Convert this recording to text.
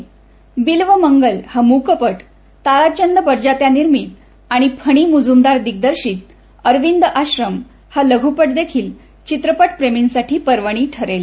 बिल्वमंगल हा मूकपट ताराचंद बडजात्या निर्मित आणि फणी मुजुमदार दिग्दर्शिक अरविंद आश्रम हा लघुपट देखील चित्रपटप्रेर्मींसाठी पर्वणी ठरेल